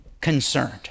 concerned